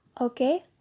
okay